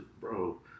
bro